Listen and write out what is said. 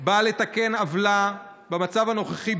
באה לתקן עוולה במצב הנוכחי,